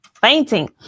fainting